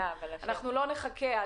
אנחנו לא נחכה.